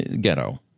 ghetto